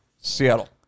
Seattle